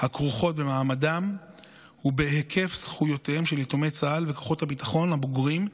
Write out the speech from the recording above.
הכרוכות במעמדם ובהיקף זכויותיהם של יתומי צה"ל וכוחות הביטחון הבוגרים,